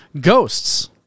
Ghosts